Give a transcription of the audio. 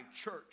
church